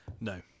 No